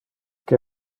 que